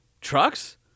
Trucks